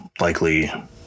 likely